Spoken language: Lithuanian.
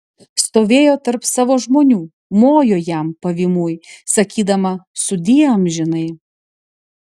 stovėjo tarp savo žmonių mojo jam pavymui sakydama sudie amžinai